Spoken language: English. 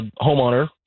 homeowner